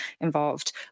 involved